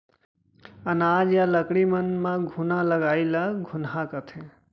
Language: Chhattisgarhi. अनाज या लकड़ी मन म घुना लगई ल घुनहा कथें